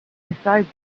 besides